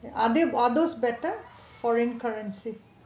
are they are those better foreign currency